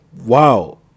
wow